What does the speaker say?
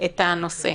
את הנושא.